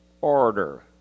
order